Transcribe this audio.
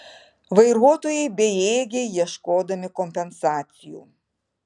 vairuotojai bejėgiai ieškodami kompensacijų